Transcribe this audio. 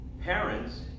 Parents